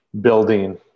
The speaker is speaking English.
building